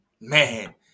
man